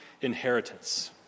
inheritance